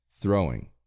throwing